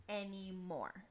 anymore